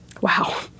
Wow